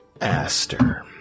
Aster